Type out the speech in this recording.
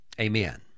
amen